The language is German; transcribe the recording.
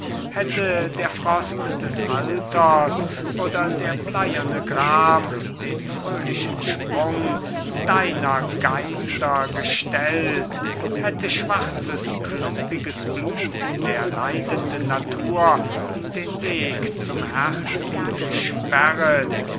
hätte der frost des alters oder der bleierne gram den fröhlichen sprung deiner geister gestellt hätte schwarzes klumpigtes blut der leidenden natur den weg zum herzen gesperret